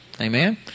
Amen